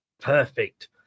Perfect